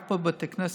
רק בבתי כנסת.